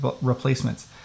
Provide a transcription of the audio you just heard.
replacements